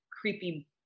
creepy